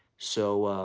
so,